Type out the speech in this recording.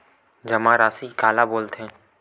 जमा राशि काला बोलथे?